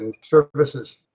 services